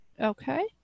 Okay